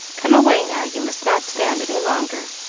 come away now, you must not stand any longer.